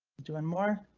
doing more.